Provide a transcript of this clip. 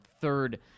third